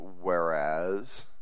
whereas